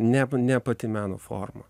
ne ne pati meno forma